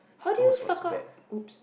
toast was bad